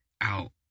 out